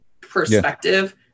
perspective